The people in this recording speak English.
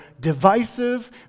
divisive